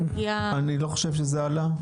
אני לא חושב שזה עלה.